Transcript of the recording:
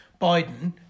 Biden